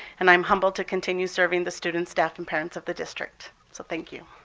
and i am humbled to continue serving the students, staff, and parents of the district, so thank you.